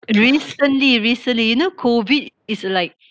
recently recently you know COVID is like